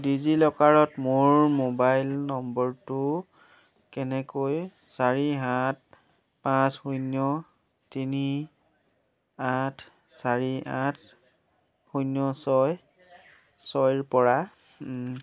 ডিজিলকাৰত মোৰ মোবাইল নম্বৰটো কেনেকৈ চাৰি সাত পাঁচ শূন্য তিনি আঠ চাৰি আঠ শূন্য ছয় ছয়ৰ পৰা